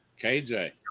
KJ